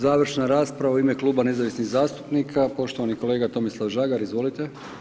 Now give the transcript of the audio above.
Završna rasprava u ime Kluba nezavisnih zastupnika, poštovani kolega Tomislav Žagar, izvolite.